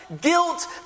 guilt